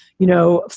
you know,